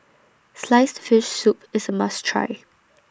Sliced Fish Soup IS A must Try